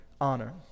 honor